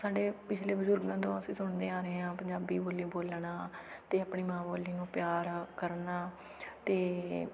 ਸਾਡੇ ਪਿਛਲੇ ਬਜ਼ੁਰਗਾਂ ਤੋਂ ਅਸੀਂ ਸੁਣਦੇ ਆ ਰਹੇ ਹਾਂ ਪੰਜਾਬੀ ਬੋਲੀ ਬੋਲਣਾ ਅਤੇ ਆਪਣੀ ਮਾਂ ਬੋਲੀ ਨੂੰ ਪਿਆਰ ਕਰਨਾ ਅਤੇ